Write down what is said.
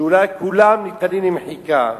ואולי כולם ניתנים למחיקה.